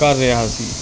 ਕਰ ਰਿਹਾ ਸੀ